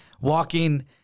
Walking